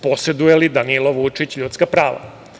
Poseduje li Danilo Vučić ljudska prava?